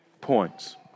points